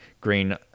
green